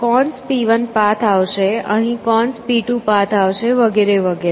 cones P1 path આવશે અહીં cons P2 path આવશે વગેરે વગેરે